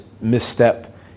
misstep